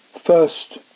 first